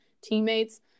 teammates